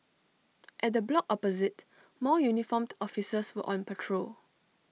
at the block opposite more uniformed officers were on patrol